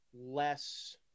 less –